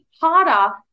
harder